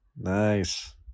Nice